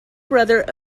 brother